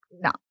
no